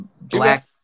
black